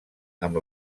amb